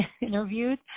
interviewed